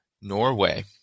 Norway